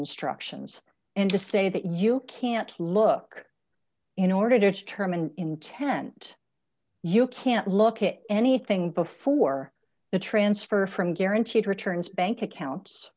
instructions and to say that you can't look in order to determine intent you can't look at anything before the transfer from guaranteed returns bank accounts